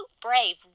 Brave